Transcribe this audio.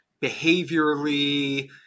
behaviorally